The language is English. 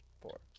four